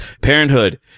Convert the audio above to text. Parenthood